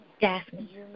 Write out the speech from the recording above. Daphne